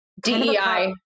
DEI